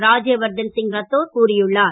ராஜ்யவர்தன் சிங் ரத்தோர் கூறியுள்ளார்